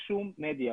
בשום מדיה,